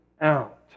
out